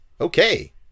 Okay